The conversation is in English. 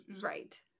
right